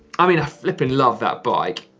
i mean, i flippin' love that bike.